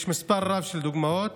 יש מספר רב של דוגמאות